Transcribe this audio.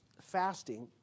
fasting